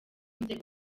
nzego